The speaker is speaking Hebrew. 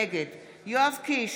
יואב קיש,